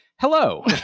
Hello